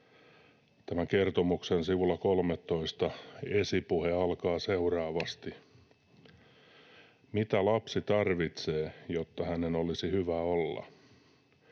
tämän kertomuksen sivulla 13 esipuhe alkaa seuraavasti: ”Mitä lapsi tarvitsee, jotta hänen olisi hyvä olla?”